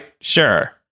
sure